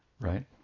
right